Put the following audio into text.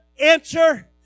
answer